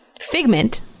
figment